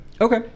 Okay